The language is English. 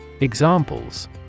Examples